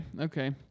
Okay